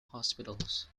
hospitals